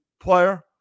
player